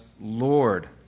Lord